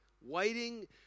Waiting